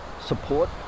support